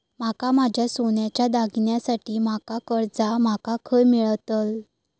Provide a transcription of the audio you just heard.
माका माझ्या सोन्याच्या दागिन्यांसाठी माका कर्जा माका खय मेळतल?